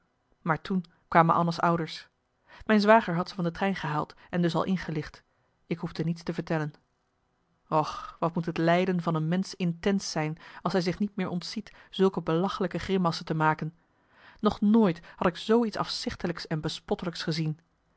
maar toen kwamen anna's ouders mijn zwager had ze van de trein gehaald en dus al ingelicht ik hoefde niets te vertellen marcellus emants een nagelaten bekentenis och wat moet het lijden van een mensch intens zijn als hij zich niet meer ontziet zulke belachelijke grimassen te maken nog nooit had ik zoo iets afzichtelijks en bespottelijks gezien